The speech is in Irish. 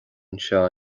anseo